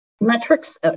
Metrics